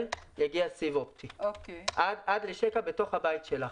יגיע סיב אופטי עד לשקע בתוך הבית שלו.